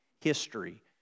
history